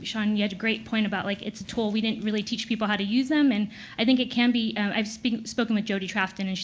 sean, you had a great point about, like, it's a tool. we didn't really teach people how to use them. and i think it can be i've spoken spoken with jodie trafton, and